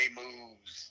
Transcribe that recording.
moves